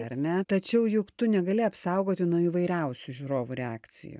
ar ne tačiau juk tu negali apsaugoti nuo įvairiausių žiūrovų reakcijų